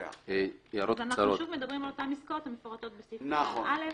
אנחנו מדברים על אותן עסקאות המפורטות בסעיף קטן (א).